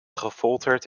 gefolterd